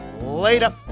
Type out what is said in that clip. Later